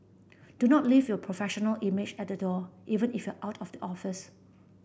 do not leave your professional image at the door even if you are out of the office